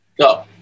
Go